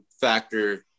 factor